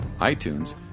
iTunes